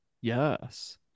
yes